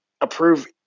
approve